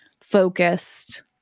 focused